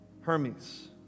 Hermes